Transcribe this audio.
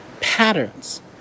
patterns